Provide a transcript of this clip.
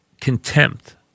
contempt